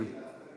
כן.